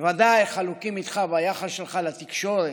וודאי חלוקים איתך ביחס שלך לתקשורת,